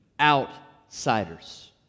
outsiders